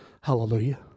hallelujah